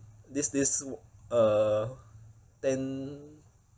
this this uh ten